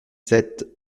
sept